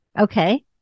Okay